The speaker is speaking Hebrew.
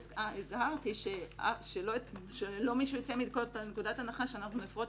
הזהרתי שלא יצא מישהו מנקודת הנחה שאנחנו נפרוץ